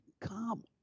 come